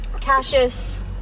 Cassius